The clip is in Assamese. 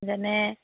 যেনে